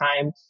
time